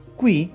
qui